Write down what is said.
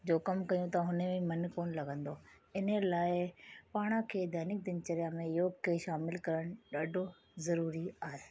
जो कम कयूं था हुनमें मन कोन्ह लॻंदो इन ई लाइ पाण खे दैनिक दिनचर्या में योग खे शामिलु करणु ॾाढो ज़रूरी आहे